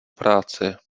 práci